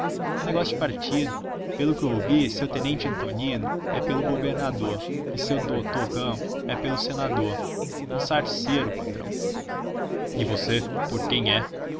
negócio de partido pelo que ouvi seu tenente antonino é pelo governadô e seu dotô campo é pelo senadô um sarcero patrão e você por quem é